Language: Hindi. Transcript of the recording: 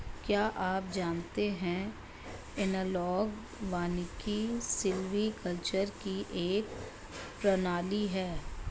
क्या आप जानते है एनालॉग वानिकी सिल्वीकल्चर की एक प्रणाली है